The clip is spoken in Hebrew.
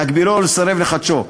להגבילו או לסרב לחדשו,